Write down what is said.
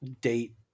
date